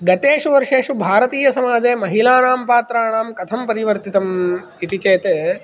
गतेषु वर्षेषु भारतीयसमाजे महिलानां पात्राणां कथं परिवर्तितम् इति चेत्